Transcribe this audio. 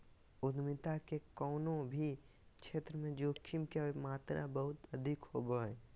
उद्यमिता के कउनो भी क्षेत्र मे जोखिम के मात्रा बहुत अधिक होवो हय